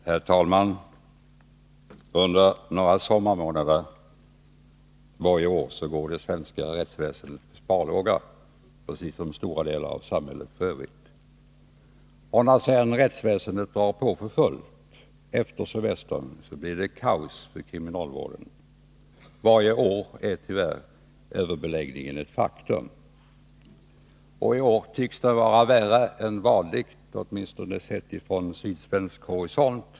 Herr talman! Under några sommarmånader går det svenska rättsväsendet — liksom mycket annat i vårt land — närmast på sparlåga. När rättsväsendet drar på för fullt efter semestern blir det närmast kaos för kriminalvården. Varje år är tyvärr överbeläggningen ett faktum. I år tycks det vara värre än vanligt, åtminstone sett från sydsvensk horisont.